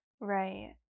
Right